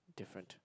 different